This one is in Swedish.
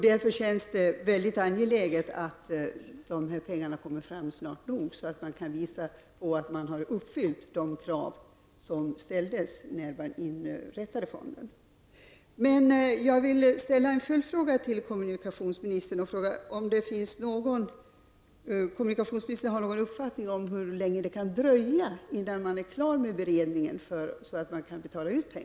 Det känns därför mycket angeläget att pengarna kommer fram snabbast möjligt så att man uppfyller de krav som ställdes när fonden inrättades.